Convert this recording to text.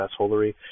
assholery